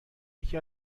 یکی